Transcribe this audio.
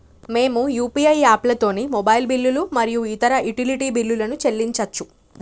మేము యూ.పీ.ఐ యాప్లతోని మొబైల్ బిల్లులు మరియు ఇతర యుటిలిటీ బిల్లులను చెల్లించచ్చు